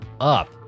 up